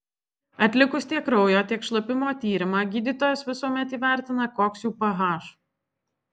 atlikus tiek kraujo tiek šlapimo tyrimą gydytojas visuomet įvertina koks jų ph